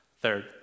Third